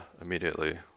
immediately